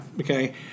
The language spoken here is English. Okay